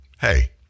Hey